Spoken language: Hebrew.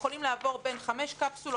תכל לפי נתוני ה"רמזור"